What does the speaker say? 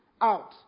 Out